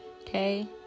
okay